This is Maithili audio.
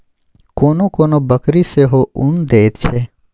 कोनो कोनो बकरी सेहो उन दैत छै